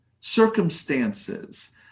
circumstances